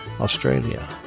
Australia